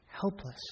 helpless